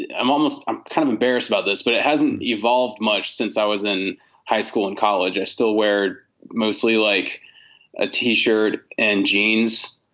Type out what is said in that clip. i'm almost i'm kind of embarrassed about this. but it hasn't evolved much since i was in high school and college. i still wear mostly like a t-shirt and jeans